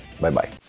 Bye-bye